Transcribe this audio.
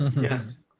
Yes